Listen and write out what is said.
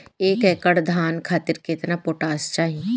एक एकड़ धान खातिर केतना पोटाश चाही?